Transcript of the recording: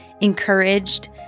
encouraged